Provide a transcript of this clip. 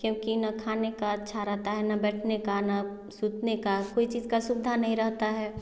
क्योंकि न खाने का अच्छा रहता है न बैठने का न सुतने का कोई चीज़ का सुविधा नहीं रहता है